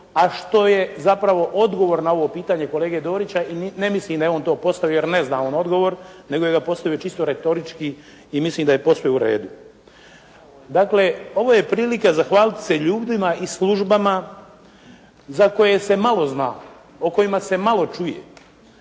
a što je zapravo odgovor na ovo pitanje kolege Dorića i niti ne mislim da je on to postavio jer ne zna on odgovor nego ga je postavio čisto retorički i mislim da je posve u redu. Dakle ovo je prilika zahvaliti se ljudima i službama za koje se malo zna. O kojima se malo čuje.